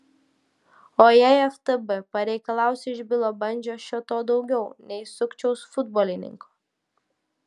o jei ftb pareikalaus iš bilo bandžio šio to daugiau nei sukčiaus futbolininko